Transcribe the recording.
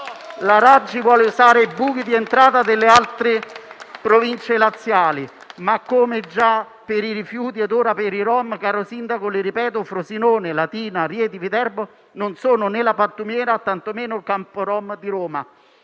Raggi vuole usare buchi di entrata delle altre province laziali, ma - come già per i rifiuti ed ora per i rom - ripeto al sindaco che Frosinone, Latina, Rieti e Viterbo non sono né la pattumiera né tantomeno il campo rom di Roma.